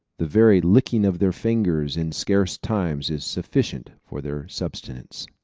the very licking of their fingers, in scarce times, is sufficient for their subsistence